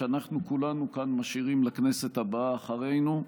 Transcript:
שאנחנו כולנו כאן משאירים לכנסת הבאה אחרינו.